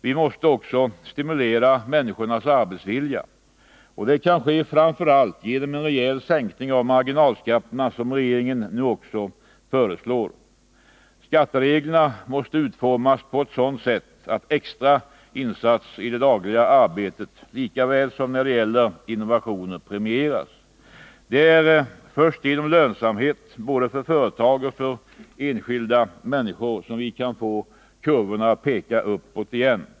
Vi måste också stimulera människornas arbetsvilja. Det kan ske framför allt genom en rejäl sänkning av marginalskatterna, som regeringen nu också föreslår. Skattereglerna måste utformas på ett sådant sätt att extra insatser i det dagliga arbetet lika väl som när det gäller innovationer premieras. Det är först genom lönsamhet både för företag och för de enskilda människorna som vi kan få kurvorna att peka uppåt igen.